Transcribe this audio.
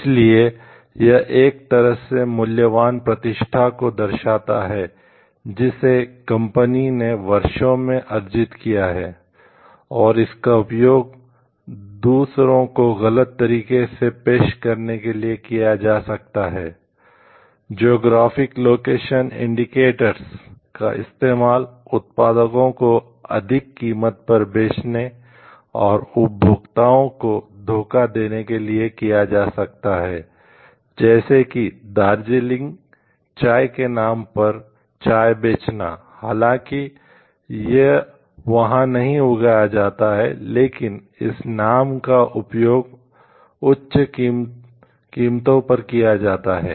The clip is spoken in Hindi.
इसलिए यह एक तरह से मूल्यवान प्रतिष्ठा को दर्शाता है जिसे कंपनी चाय के नाम पर चाय बेचना हालांकि यह वहाँ नहीं उगाया जाता है लेकिन इस नाम का उपयोग उच्च कीमतों पर किया जाता है